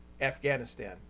Afghanistan